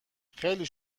خیلی